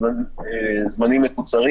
קיבלו זמנים מקוצרים,